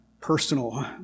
personal